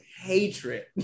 hatred